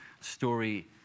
story